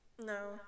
no